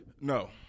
No